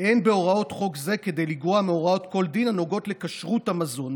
"אין בהוראות חוק זה כדי לגרוע מהוראות כל דין הנוגעות לכשרות המזון".